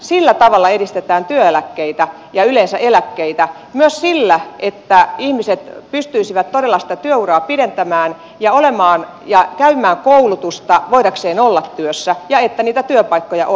sillä tavalla edistetään työeläkkeitä ja yleensä eläkkeitä ja myös sillä että ihmiset pystyisivät todella sitä työuraa pidentämään ja käymään koulutusta voidakseen olla työssä ja että niitä työpaikkoja on